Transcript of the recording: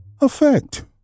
effect